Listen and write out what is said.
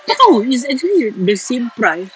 kau tahu it's actually the same price